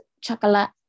chocolate